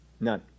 None